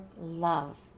love